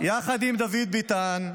יחד עם דוד ביטן,